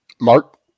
Mark